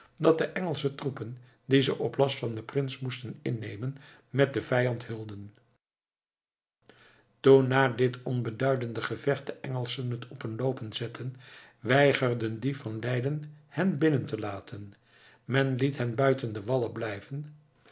dat de engelsche troepen die ze op last van den prins moesten innemen met den vijand heulden toen na dit onbeduidende gevecht de engelschen het op een loopen zett'en weigerden die van leiden hen binnen te laten men liet hen buiten de wallen blijven